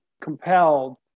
compelled